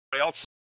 else